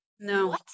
No